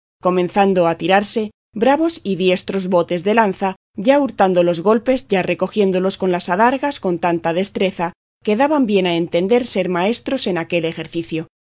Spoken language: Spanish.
comenzando a tirarse bravos y diestros botes de lanza ya hurtando los golpes ya recogiéndolos en las adargas con tanta destreza que daban bien a entender ser maestros en aquel ejercicio